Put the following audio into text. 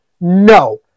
no